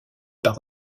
par